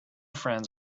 friends